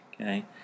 okay